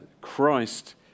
Christ